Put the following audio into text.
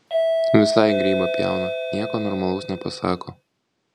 visai grybą pjauna nieko normalaus nepasako